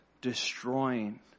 destroying